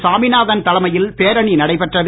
சாமிநாதன் தலைமையில் பேரணி நடைபெற்றது